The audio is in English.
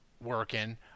working